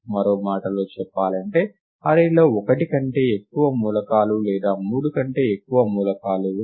మరో మాటలో చెప్పాలంటే అర్రే లో ఒకటి కంటే ఎక్కువ మూలకాలు లేదా మూడు కంటే ఎక్కువ మూలకాలు ఉంటే